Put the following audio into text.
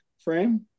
frame